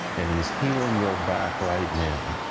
and he is healing your back right now.